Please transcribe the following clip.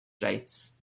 rights